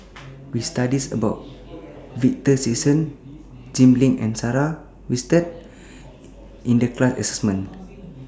We studied about Victor Sassoon Jim Lim and Sarah Winstedt in The class assignment